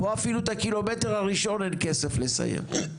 פה את הקילומטר הראשון אין כסף לסיים.